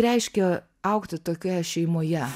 reiškia augti tokioje šeimoje